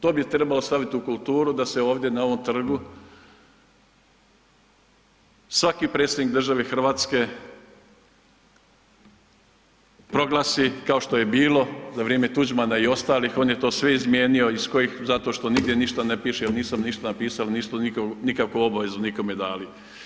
To bi trebalo staviti u kulturu, da se ovdje, na ovom trgu svaki predsjednik države Hrvatske proglasi, kao što je i bilo, za vrijeme Tuđmana i ostalih, on je to sve izmijenio iz kojih, zato što nigdje ništa ne piše, jer nisam ništa napisao, nisu nikakvu obavezu nikome dali.